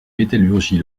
métallurgie